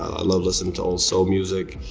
i love listening to old soul music,